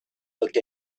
looked